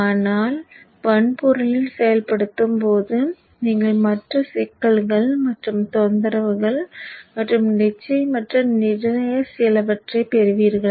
ஆனால் வன்பொருளில் செயல்படுத்தும் போது நீங்கள் மற்ற சிக்கல்கள் மற்றும் தொந்தரவுகள் மற்றும் நிச்சயமற்ற நிறைய சிலவற்றை பெறுவீர்கள்